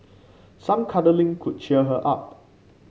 some cuddling could cheer her up